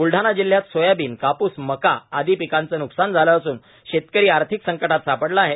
ब्लढाणा जिल्ह्यात सोयाबीन कापूस मका आदी पिकांचं न्कसान झालं असून शेतकरी आर्थिक संकटात सापडला आहे